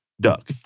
duck